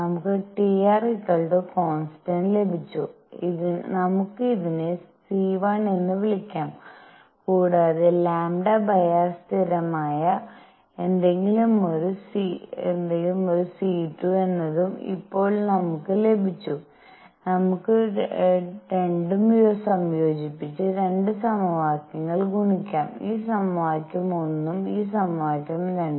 നമുക്ക് Trകോൺസ്റ്റന്റ് ലഭിച്ചു നമുക്ക് ഇതിനെ c₁ എന്ന് വിളിക്കാം കൂടാതെ λrസ്ഥിരമായ ഏതെങ്കിലുമൊരു c₂ എന്നതും ഇപ്പോൾ ലഭിച്ചു നമുക്ക് 2 ഉം സംയോജിപ്പിച്ച് രണ്ട് സമവാക്യങ്ങളും ഗുണിക്കാം ഈ സമവാക്യം 1 ഉം ഈ സമവാക്യവും 2